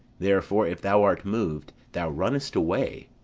therefore, if thou art moved, thou runn'st away.